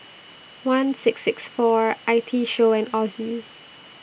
one six six four I T Show and Ozi